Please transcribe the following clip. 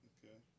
Okay